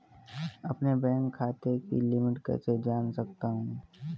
अपने बैंक खाते की लिमिट कैसे जान सकता हूं?